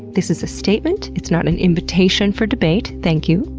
this is a statement, it's not an invitation for debate, thank you.